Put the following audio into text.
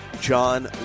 John